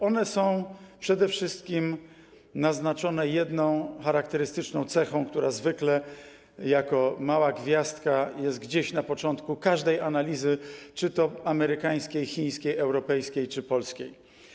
One są przede wszystkim naznaczone jedną charakterystyczną cechą, która zwykle jako mała gwiazdka jest gdzieś na początku każdej analizy - amerykańskiej, chińskiej, europejskiej czy polskiej.